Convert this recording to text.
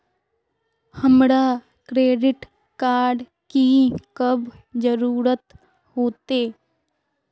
हमरा credit card की कब जरूरत होते?